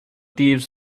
thieves